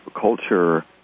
culture